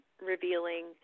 revealing